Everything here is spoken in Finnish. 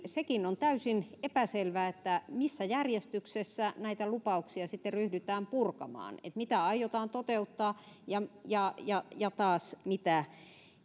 sekin on täysin epäselvää missä järjestyksessä näitä lupauksia sitten ryhdytään purkamaan että mitä aiotaan toteuttaa ja ja mitä taas